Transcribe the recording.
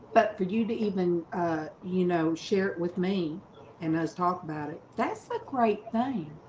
but for you to even you know, share it with me and let's talk about it. that's the great thing